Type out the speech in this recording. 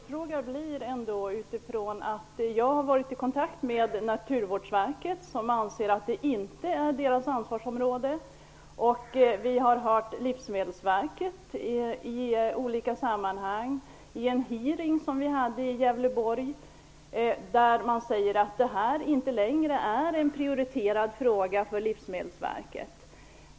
Fru talman! Jag har varit i kontakt med Naturvårdsverket som anser att det inte är deras ansvarsområde. Vi har hört Livsmedelsverket säga vid en hearing i Gävleborg att det här inte längre är en prioriterad fråga för Livsmedelsverket.